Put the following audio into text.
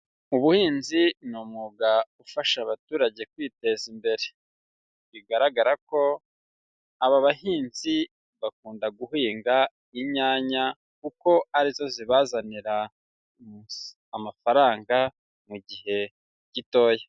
Ubuhinzi ni umwuga ufasha abaturage kwiteza imbere, bigaragara ko aba bahinzi bakunda guhinga inyanya kuko ari zo zibazanira amafaranga mu gihe gitoya.